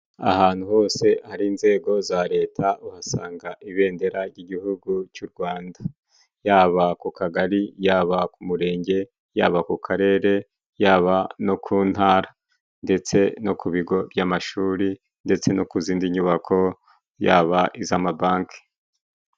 Ahantu hose hari inzego za leta uhasanga ibendera ry'igihugu cy'u Rwanda. Yaba ku kagari, yaba ku mirenge, yaba ku karere, yaba no ku ntara. Ndetse no ku bigo by'amashuri ndetse no ku zindi nyubako yaba iz'amabanki.